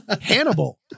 Hannibal